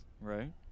right